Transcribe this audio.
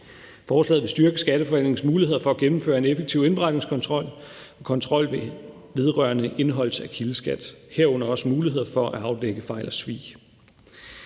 Forslaget vil styrke Skatteforvaltningens muligheder for at gennemføre en effektiv indberetningskontrol og en kontrol vedrørende indeholdelse af kildeskat, herunder også muligheder for at afdække fejl og svig.